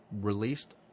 released